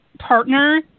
partner